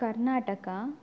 Karnataka